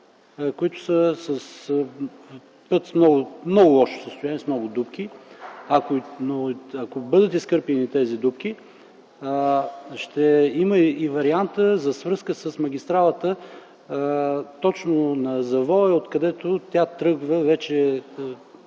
които са път в много лошо състояние, с много дупки. Ако бъдат изкърпени тези дупки ще има и вариант за връзка с магистралата точно на завоя, откъдето тя тръгва вече